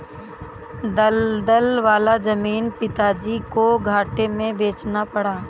दलदल वाला जमीन पिताजी को घाटे में बेचना पड़ा